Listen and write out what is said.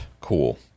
cool